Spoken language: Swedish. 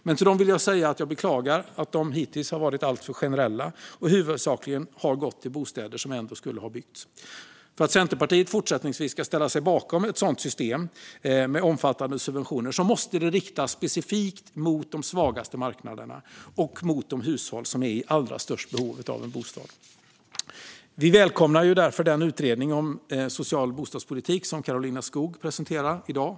Men till dem vill jag säga att jag beklagar att dessa stöd hittills har varit alltför generella och huvudsakligen gått till bostäder som ändå skulle ha byggts. För att Centerpartiet fortsättningsvis ska ställa sig bakom ett sådant system med omfattande subventioner måste de riktas specifikt mot de svagaste marknaderna och mot de hushåll som är i allra störst behov av en bostad. Vi välkomnar därför den utredning om en social bostadspolitik som Karolina Skog presenterar i dag.